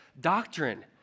doctrine